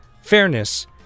fairness